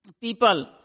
people